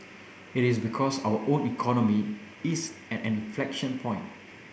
it is because our own economy is at an inflection point